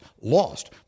lost